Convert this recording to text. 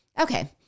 Okay